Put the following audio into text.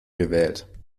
gewählt